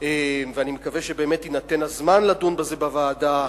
ואני מקווה שבאמת יינתן הזמן לדון בזה בוועדה,